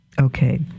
Okay